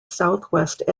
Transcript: southwest